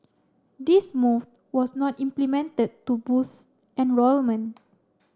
this move was not implemented to boost enrolment